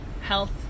health